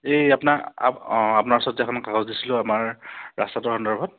এই আপোনাক অঁ আপোনাৰ ওচৰত যে এখন মই কাগজ দিছিলোঁ আমাৰ ৰাস্তাতোৰ সন্দৰ্ভত